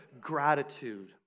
gratitude